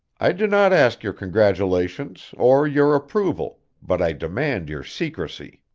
i do not ask your congratulations or your approval, but i demand your secrecy.